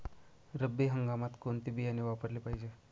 रब्बी हंगामात कोणते बियाणे वापरले पाहिजे?